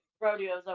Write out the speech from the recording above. Rodeo's